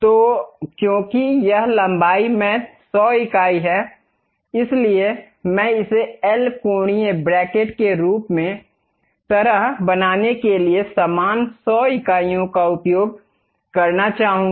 तो क्योंकि यह लंबाई में 100 इकाई है इसलिए मैं इसे L कोणीय ब्रैकेट की तरह बनाने के लिए समान 100 इकाइयों का उपयोग करना चाहूंगा